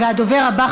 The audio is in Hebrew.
הדובר הבא,